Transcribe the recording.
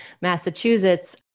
Massachusetts